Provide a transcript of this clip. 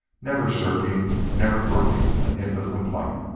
never shirking, never grunting a hint of complaint.